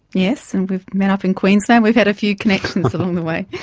yes, and we've met up in queensland. we've had a few connections along the way.